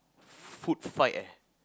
foot fight eh